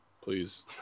Please